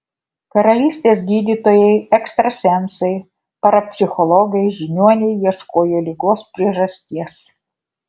karalystės gydytojai ekstrasensai parapsichologai žiniuoniai ieškojo ligos priežasties